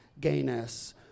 gayness